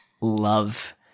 love